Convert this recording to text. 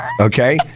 Okay